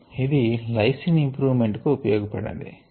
ఇది lysine improvement కు ఉపయోగపడినది